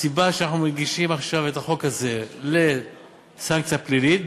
הסיבה שאנחנו מגישים עכשיו את החוק הזה לסנקציה פלילית,